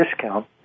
discount